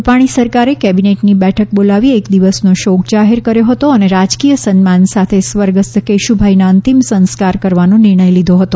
રૂપાણી સરકારે કેબિનેટની બેઠક બોલાવી એક દિવસનો શોક જાહેર કર્યો હતો અને રાજકીય સન્માન સાથે સ્વર્ગસ્થ કેશુભાઈના અંતિમ સંસ્કાર કરવાનો નિર્ણય લીધો હતો